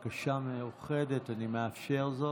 בקשה מיוחדת, אני מאפשר זאת.